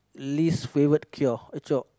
least favourite cure eh chore